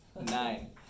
Nine